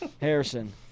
Harrison